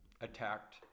attacked